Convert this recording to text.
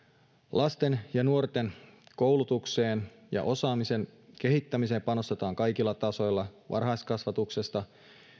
lasten ja nuorten koulutukseen ja osaamisen kehittämiseen panostetaan kaikilla tasoilla varhaiskasvatuksesta